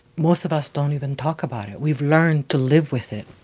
most of us don't even talk about it. we've learned to live with it